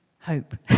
Hope